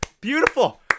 beautiful